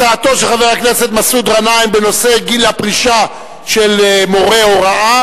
הצעתו של חבר הכנסת מסעוד גנאים בנושא גיל הפרישה של עובדי הוראה